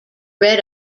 red